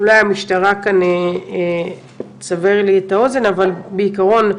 אולי המשטרה כאן תסבר לי את האוזן, אבל בעקרון,